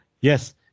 yes